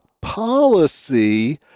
policy